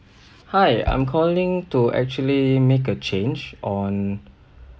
hi I'm calling to actually make a change on